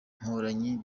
mporanyi